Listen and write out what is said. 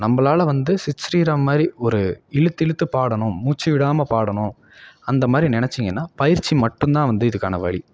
நம்பளால் வந்து சித் ஸ்ரீராம் மாதிரி ஒரு இழுத்து இழுத்து பாடணும் மூச்சு விடாமல் பாடணும் அந்தமாதிரி நினச்சீங்கன்னா பயிற்சி மட்டும்தான் வந்து இதுக்கான வழி